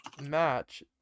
match